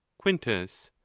quintus.